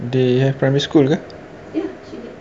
they have primary school ke